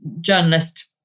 journalist